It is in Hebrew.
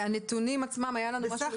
הנתונים עצמם, היה לנו משהו לשאול.